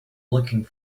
looking